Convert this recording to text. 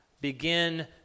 begin